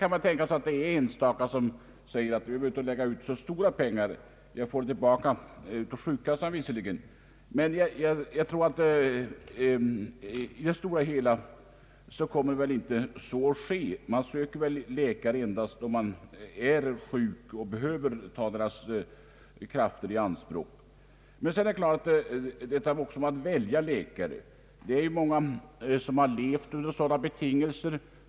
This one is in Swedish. Jag kan tänka mig att enstaka personer säger att de nu inte behöver lägga ut så stora belopp. Men i det stora hela kommer väl inte någon ökning av tillströmningen att ske. Man söker väl läkare endast då man är sjuk och behöver ta deras tid i anspråk. Att välja läkare är också ett problem.